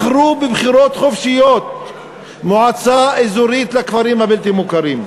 בחרו בבחירות חופשיות מועצה אזורית לכפרים הבלתי-מוכרים,